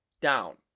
down